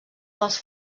dels